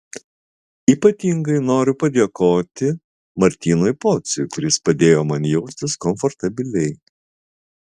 ypatingai noriu padėkoti martynui pociui kuris padėjo man jaustis komfortabiliai